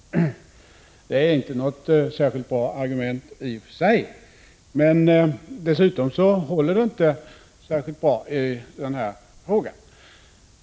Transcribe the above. Det är inte något särskilt bra argument i och för sig, och dessutom håller det inte särskilt bra i den här frågan.